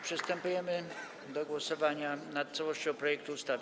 Przystępujemy do głosownia nad całością projektu ustawy.